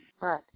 right